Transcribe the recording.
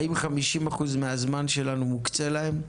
האם 50% מהזמן שלנו מוקצה להם?